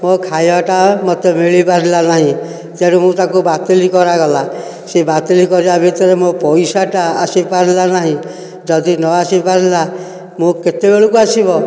ମୋ ଖାଇବାଟା ମୋତେ ମିଳିପାରିଲା ନାହିଁ ତେଣୁ ମୁଁ ତାକୁ ବାତିଲ କରାଗଲା ସେ ବାତିଲ କରିବା ଭିତରେ ମୋ ପଇସାଟା ଆସିପାରିଲା ନାହିଁ ଯଦି ନଆସି ପାରିଲା ମୋ କେତେବେଳକୁ ଆସିବ